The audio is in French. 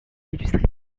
illustré